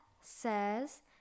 says